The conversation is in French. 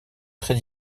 très